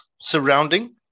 surrounding